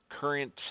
current